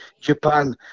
Japan